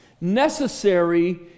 Necessary